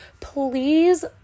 Please